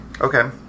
Okay